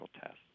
tests